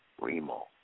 Remo